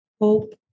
Hope